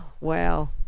Wow